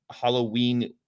Halloween